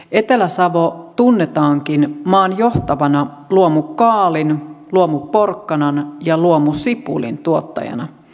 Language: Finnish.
etelä savo tunnetaankin maan johtavana luomukaalin luomuporkkanan ja luomusipulin tuottajana